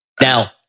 Now